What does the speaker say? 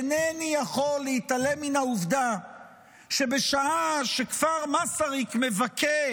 אינני יכול להתעלם מהעובדה שבשעה שכפר מסריק מבכה